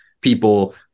people